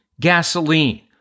gasoline